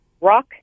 rock